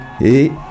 et